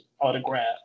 autograph